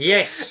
Yes